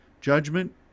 Judgment